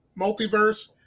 multiverse